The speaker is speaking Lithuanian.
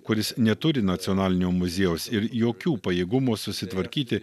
kuris neturi nacionalinio muziejaus ir jokių pajėgumų susitvarkyti